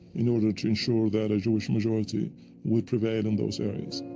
in order to ensure that a jewish majority would prevail in those areas.